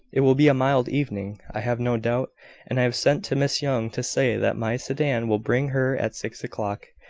it will be a mild evening, i have no doubt and i have sent to miss young, to say that my sedan will bring her at six o'clock.